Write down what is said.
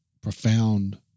profound